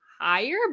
higher